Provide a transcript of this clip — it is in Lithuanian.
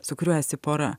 su kuriuo esi pora